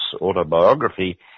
autobiography